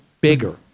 bigger